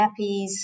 nappies